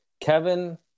Kevin